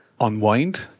unwind